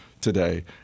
today